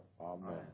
Amen